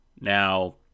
Now